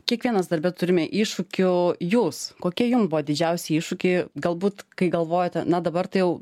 kiekvienas darbe turime iššūkių jos kokie jums buvo didžiausi iššūkiai galbūt kai galvojate na dabar tai jau